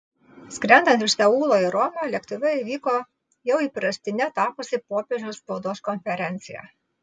skrendant iš seulo į romą lėktuve įvyko jau įprastine tapusi popiežiaus spaudos konferencija